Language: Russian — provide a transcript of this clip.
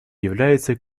является